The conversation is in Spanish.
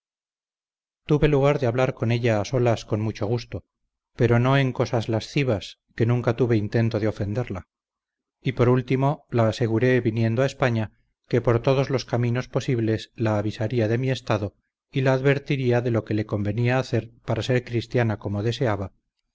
tuve lugar de hablar con ella a solas con mucho gusto pero no en cosas lascivas que nunca tuve intento de ofenderla y por último la aseguré viniendo a españa que por todos los caminos posibles la avisaría de mi estado y la advertiría de lo que le convenía hacer para ser cristiana como deseaba